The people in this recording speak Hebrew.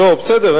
לא חשוב לי.